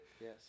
yes